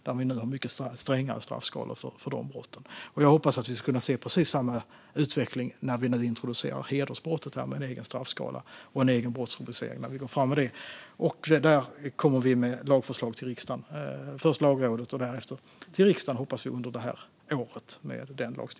Där har vi nu mycket strängare straffskalor för de brotten. Jag hoppas att vi ska se precis samma utveckling när vi nu introducerar hedersbrottet med en egen straffskala och en egen brottsrubricering och går fram med det. Där kommer vi med förslag till lagstiftning först till Lagrådet och sedan till riksdagen, hoppas vi, under året.